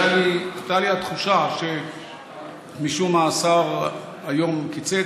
הייתה לי התחושה שמשום מה השר היום קיצץ.